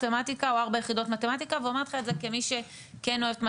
מתמטיקה או ארבע יחידות מתמטיקה ואומרת לך את זה כמי שכן אוהבת מתמטיקה,